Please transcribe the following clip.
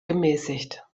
gemäßigt